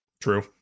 true